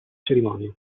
cerimonia